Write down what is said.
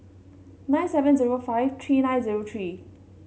nine seven zero five three nine zero three